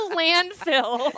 landfill